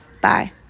Bye